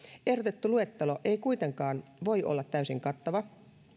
ehdotettu luettelo ei kuitenkaan voi olla täysin kattava